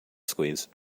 squeeze